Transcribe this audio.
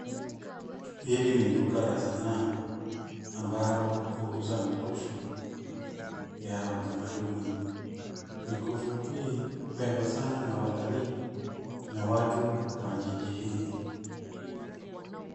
Hiki ni duka la sanaa ambalo huuza mikufu ya tatamaduni. mikufu hii hupendwa sana na watalii na watu wa jiji hili.